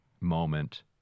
moment